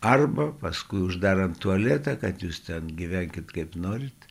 arba paskui uždarant tualetą kad jūs ten gyvenkit kaip norit